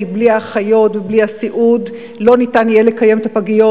כי בלי האחיות ובלי הסיעוד לא ניתן יהיה לקיים את הפגיות,